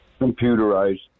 computerized